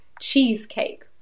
cheesecake